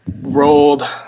Rolled